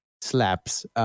slaps